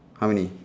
how many